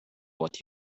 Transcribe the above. what